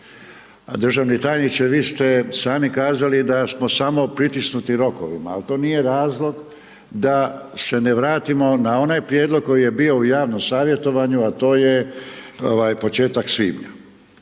A državni tajniče, vi ste sami kazali da smo samo pritisnuti rokovima ali to nije razlog da se ne vratimo na onaj prijedlog koji je bio u javnom savjetovanju a to je početak svibnja.